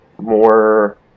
more